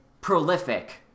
prolific